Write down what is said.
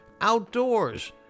outdoors